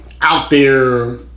out-there